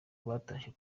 batashye